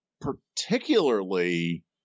particularly